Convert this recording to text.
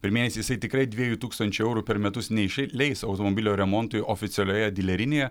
per mėnesį jisai tikrai dviejų tūkstančių eurų per metus neišleis automobilio remontui oficialioje dilerinėje